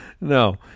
No